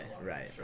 right